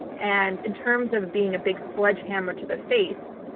and in terms of being a big sledgehammer to the face,